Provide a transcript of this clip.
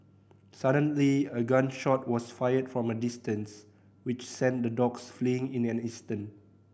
suddenly a gun shot was fired from a distance which sent the dogs fleeing in an instant